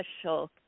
special